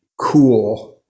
cool